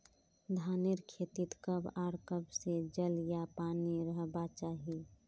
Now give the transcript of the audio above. धानेर खेतीत कब आर कब से जल या पानी रहबा चही?